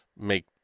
make